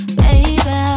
baby